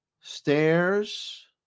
stairs